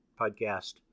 podcast